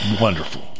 wonderful